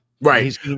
Right